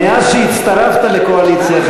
מאז הצטרפת לקואליציה,